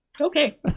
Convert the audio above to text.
Okay